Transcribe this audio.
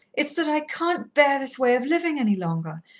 it's that i can't bear this way of living any longer.